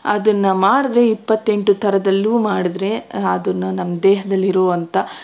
ಅದನ್ನ ಮಾದಿದೆ ಇಪ್ಪತ್ತೆಂಟು ಥರದಲ್ಲೂ ಮಾದಿದ್ರೆ ಅದನ್ನು ನಮ್ಮ ದೇಹದಲ್ಲಿರುವಂಥ